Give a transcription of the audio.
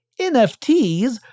NFTs